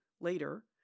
later